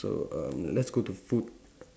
so uh let's go to food